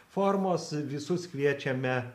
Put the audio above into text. formos visus kviečiame